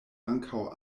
ankaŭ